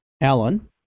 Alan